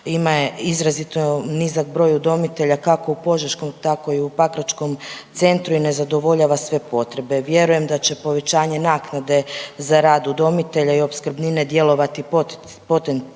ima izrazito nizak broj udomitelja kako u požeškom tako i u pakračkom centru i ne zadovoljava sve potrebe. Vjerujem da će povećanje naknade za rad udomitelja i opskrbnine djelovati poticajno,